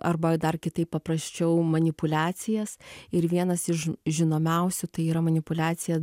arba dar kitaip paprasčiau manipuliacijas ir vienas iš žinomiausių tai yra manipuliacija